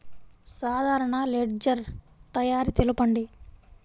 సాధారణ లెడ్జెర్ తయారి తెలుపండి?